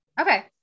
Okay